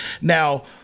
Now